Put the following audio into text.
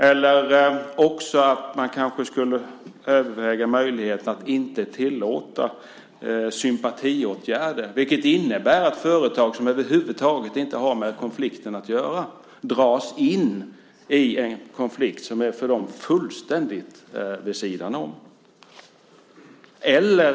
Eller också skulle man kanske överväga möjligheten att inte tillåta sympatiåtgärder som innebär att företag som över huvud taget inte har med konflikten att göra dras in i en konflikt som för dem är fullständigt vid sidan om.